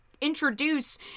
introduce